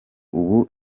ubu